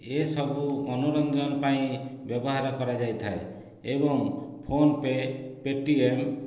ଏସବୁ ମନୋରଞ୍ଜନ ପାଇଁ ବ୍ୟବହାର କରାଯାଇଥାଏ ଏବଂ ଫୋନ୍ ପେ' ପେଟିଏମ୍